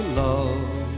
love